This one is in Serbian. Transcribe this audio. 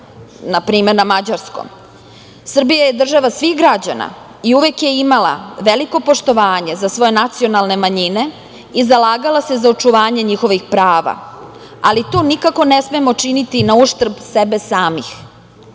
na primer, na mađarskom. Srbija je država svih građana i uvek je imala veliko poštovanje za svoje nacionalne manjine i zalagala se za očuvanje njihovih prava. Ali, to nikako ne smemo činiti na uštrb sebe samih. Mi